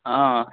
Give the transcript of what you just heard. অঁ